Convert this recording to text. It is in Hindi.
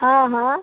हाँ हाँ